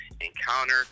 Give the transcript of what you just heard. Encounter